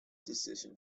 decision